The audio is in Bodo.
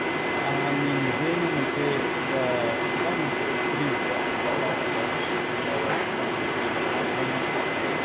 आं आंनि निजेनो मोनसे गोबां मोनसे एक्सपिरियेन्स दं दाव आबादाव बे दाव आबादखौ आं मोनसे समाव लाबोदोंमोन नाथाय